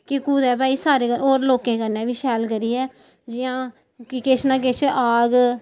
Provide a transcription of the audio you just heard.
कि कुदै भाई सारे होर लोकें कन्नै बी शैल करियै जि'यां कि किश ना किश औग